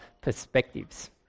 perspectives